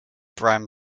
bram